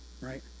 right